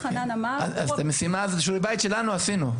אז את המשימה, את שיעורי הבית שלנו עשינו.